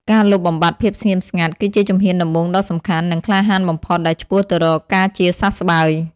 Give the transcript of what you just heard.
ការលុបបំបាត់ភាពស្ងៀមស្ងាត់ គឺជាជំហានដំបូងដ៏សំខាន់ និងក្លាហានបំផុតដែលឆ្ពោះទៅរកការជាសះស្បើយ។